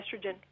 estrogen